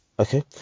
Okay